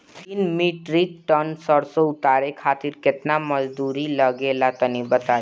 तीन metric ton सरसो उतारे खातिर केतना मजदूरी लगे ला तनि बताई?